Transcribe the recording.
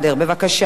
בבקשה.